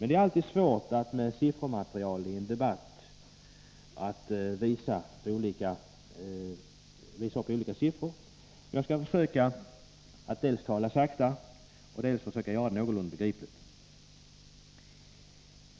Det är alltid svårt att visa upp olika siffror i en debatt, men jag skall försöka att dels tala sakta, dels göra det någorlunda begripligt.